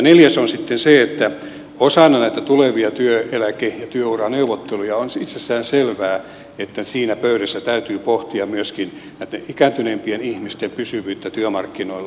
neljäs on sitten se että osana näitä tulevia työeläke ja työuraneuvotteluja on itsestään selvää että siinä pöydässä täytyy pohtia myöskin ikääntyneempien ihmisten pysyvyyttä työmarkkinoilla